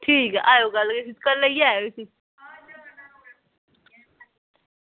ठीक ऐ आयो कल्ल कल्ल लेइयै आयो इसी